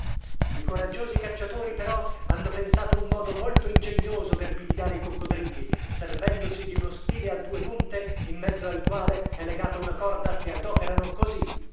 coraggiosi cacciatori però hanno pensato un modo molto ingegnoso per pigliare i coccodrilli servendosi di uno stile a due punte in mezzo al quale è legata una corda che adoperano così